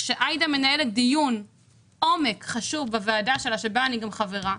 כשעאידה מנהלת דיון עומק חשוב בוועדה שלה בה אני חברה,